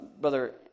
Brother